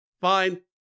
Fine